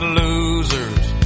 losers